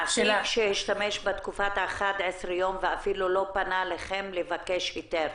מעסיק שהשתמש בתקופה של 11 הימים ואפילו לא פנה אליכם לקבל היתר,